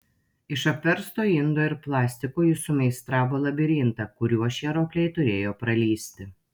iš apversto indo ir plastiko jis sumeistravo labirintą kuriuo šie ropliai turėjo pralįsti